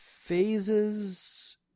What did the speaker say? phases